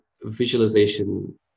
visualization